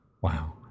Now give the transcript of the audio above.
Wow